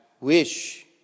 wish